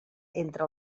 entre